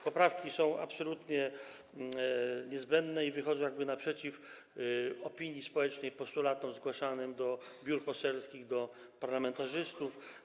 Poprawki są absolutnie niezbędne i wychodzą naprzeciw opinii społecznej i postulatom zgłaszanym do biur poselskich, do parlamentarzystów.